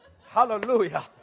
Hallelujah